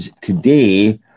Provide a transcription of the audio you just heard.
today